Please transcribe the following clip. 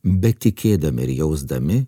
bet tikėdami ir jausdami